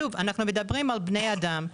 שוב, אנחנו מדברים על בני אדם.